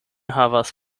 havas